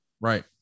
Right